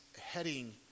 heading